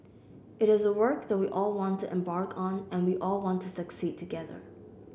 it is a work that we all want to embark on and we all want to succeed together